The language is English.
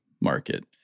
market